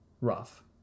rough